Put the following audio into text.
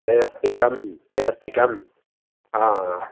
वैयक्तिकं वैयक्तिकं हा